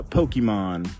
Pokemon